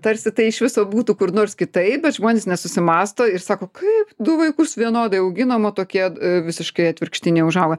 tarsi tai iš viso būtų kur nors kitaip bet žmonės nesusimąsto ir sako kaip du vaikus vienodai auginomo tokie visiškai atvirkštiniai užauga